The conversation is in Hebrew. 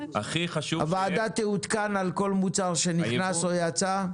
הוועדה תעודכן על כל מוצר שנכנס או יצא.